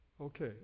Okay